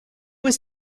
was